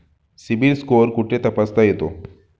CIBIL score कुठे तपासता येतो?